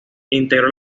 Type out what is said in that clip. integró